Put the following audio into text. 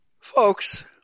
Folks